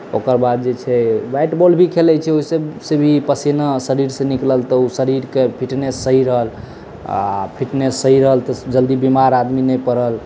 ओकर बाद जे छै बैट बॉल भी खेलय छै ओहिसँ भी पसेना शरीरसे निकलल तऽ ओ शरीरके फिटनेस सही रहल आ फिटनेस सही रहल तऽ जल्दी बीमार आदमी नहि पड़ल